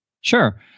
Sure